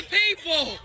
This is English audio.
people